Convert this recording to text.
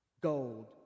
gold